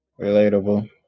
Relatable